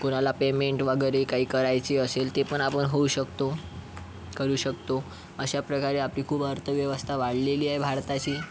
कोणाला पेमेंट वगैरे काही करायची असेल ते पण आपण होऊ शकतो करू शकतो अशाप्रकारे आपली खूप अर्थव्यवस्था वाढलेली आहे भारताची